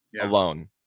alone